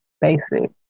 basic